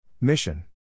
Mission